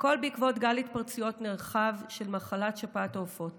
הכול בעקבות גל התפרצויות נרחב של מחלת שפעת העופות